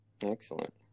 excellent